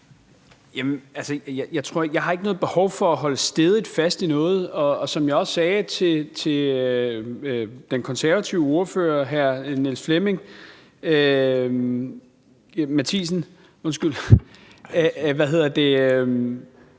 Jeg har ikke noget behov for at holde stædigt fast i noget, og som jeg også sagde til den konservative ordfører, hr. Niels Flemming Matthiesen,